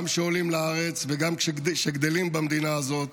גם כשעולים לארץ וגם כשגדלים במדינה הזאת,